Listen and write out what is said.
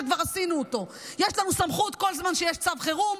שכבר עשינו: כל זמן שיש צו חירום,